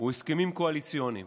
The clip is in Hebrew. הסכמים קואליציוניים.